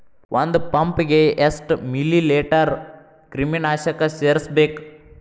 ಒಂದ್ ಪಂಪ್ ಗೆ ಎಷ್ಟ್ ಮಿಲಿ ಲೇಟರ್ ಕ್ರಿಮಿ ನಾಶಕ ಸೇರಸ್ಬೇಕ್?